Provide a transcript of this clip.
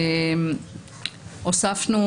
הוספנו